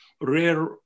rare